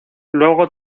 luego